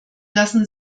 lassen